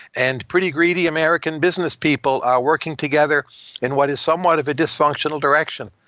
and pretty greedy american business people are working together in what is somewhat of a dysfunctional direction.